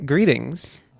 greetings